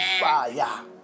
fire